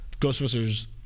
Ghostbusters